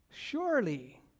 Surely